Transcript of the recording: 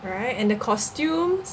right and the costumes